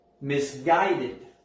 misguided